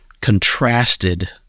contrasted